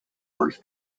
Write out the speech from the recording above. wars